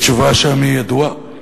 התשובה שם היא ידועה: